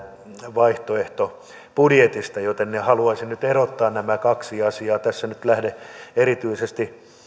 vaihtoehtobudjetista joten haluaisin nyt erottaa nämä kaksi asiaa tässä en nyt lähde erityisesti